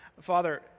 Father